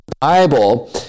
Bible